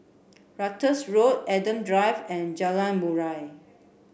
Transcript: Ratus Road Adam Drive and Jalan Murai